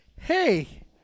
Hey